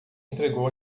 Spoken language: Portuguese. entregou